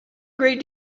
great